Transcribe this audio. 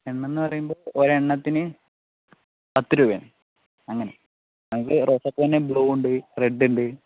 എണ്ണമെന്ന് പറയുമ്പോൾ ഒരെണ്ണത്തിന് പത്തു രൂപയാണ് അങ്ങനെ നമുക്ക് റോസാപൂ തന്നെ ബ്ലൂ ഉണ്ട് റെഡ് ഉണ്ട്